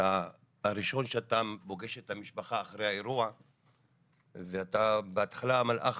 אתה הראשון שפוגש את המשפחה אחרי האירוע ואתה בהתחלה מלאך